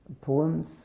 poems